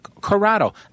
Corrado